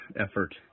effort